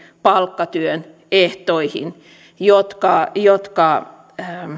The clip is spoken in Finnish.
palkkatyön ehtoja jotka jotka